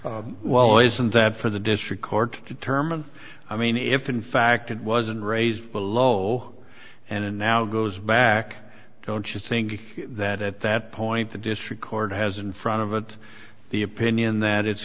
well isn't that for the district court to determine i mean if in fact it wasn't raised below and it now goes back don't you think that at that point the district court has in front of it the opinion that it's